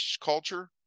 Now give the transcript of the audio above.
culture